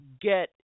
get